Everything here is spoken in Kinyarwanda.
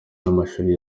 n’amashuri